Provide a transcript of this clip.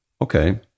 Okay